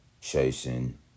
chasing